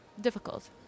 difficult